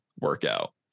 workout